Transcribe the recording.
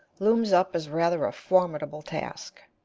looms up as rather a formidable task.